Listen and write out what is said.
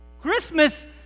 Christmas